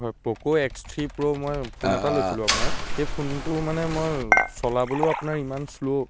হয় Poco X three Pro মই phone এটা লৈছিলোঁ আপোনাৰ সেই ফোনটো মানে মই চলাবলৈও আপোনাৰ ইমান শ্ল'